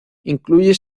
incluye